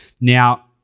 Now